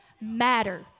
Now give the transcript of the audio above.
matter